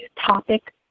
topic